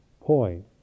point